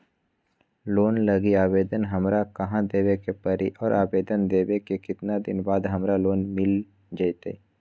Loan लागी आवेदन हमरा कहां देवे के पड़ी और आवेदन देवे के केतना दिन बाद हमरा लोन मिल जतई?